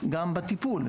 גם בטיפול.